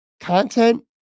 content